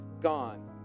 gone